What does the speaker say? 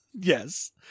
Yes